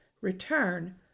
return